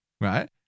right